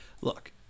Look